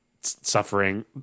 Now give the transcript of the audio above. suffering